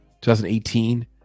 2018